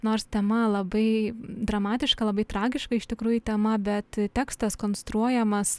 nors tema labai dramatiška labai tragiška iš tikrųjų tema bet tekstas konstruojamas